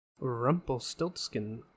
Rumpelstiltskin